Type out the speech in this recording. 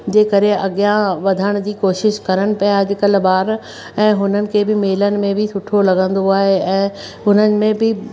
जे करे अॻियां वधण जी कोशिश करण पिया अॼुकल्ह बार ऐं हुननि खे बि मेलनि में बि सुठो लॻंदो आहे ऐं हुननि में बि